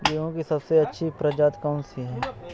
गेहूँ की सबसे अच्छी प्रजाति कौन सी है?